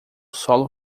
solo